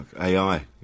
AI